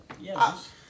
Yes